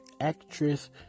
actress